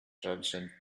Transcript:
transcend